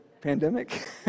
pandemic